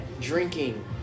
drinking